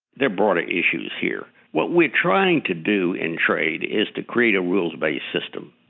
there are broader issues here. what we're trying to do in trade is to create a rules-based system.